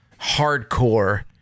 hardcore